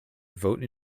vote